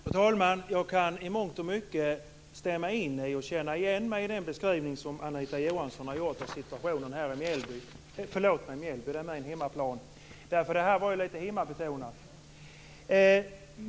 Fru talman! Jag kan i mångt och mycket instämma i och känna igen mig i den beskrivning som Anita Johansson gör av situationen i Mjällby, höll jag på att säga, som är min hemmaplan. Anförandet var ju litet hemmabetonat.